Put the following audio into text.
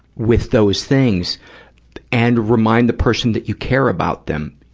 with those things and remind the person that you care about them.